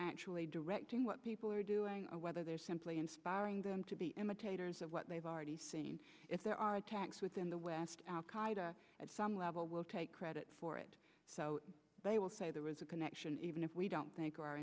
actually directing what people are doing or whether they are simply inspiring them to be imitators of what they've already seen if there are attacks within the west al qaeda at some level will take credit for it so they will say there was a connection even if we don't think our